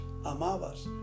amabas